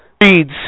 reads